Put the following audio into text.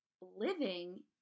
living